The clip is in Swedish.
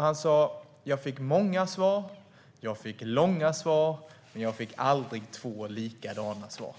Han sa: Jag fick många svar och jag fick långa svar, men jag fick aldrig två likadana svar.